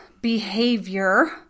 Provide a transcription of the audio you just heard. behavior